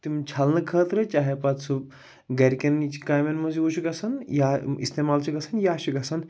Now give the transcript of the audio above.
تِم چھَلنہٕ خٲطرٕ چاہے پَتہٕ سُہ گھرِکیٚن کامیٚن منٛز یوٗز چھُ گژھان یا استعمال چھُ گژھان یا چھُ گژھان